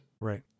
Right